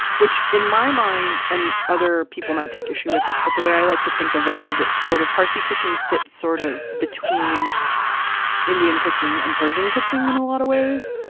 which in my mind, and other people might take issue with this, but the way i like to think of it is sort of parsi cooking sits sort of between indian cooking and persian cooking in a lot of ways.